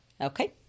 Okay